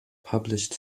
published